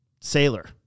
sailor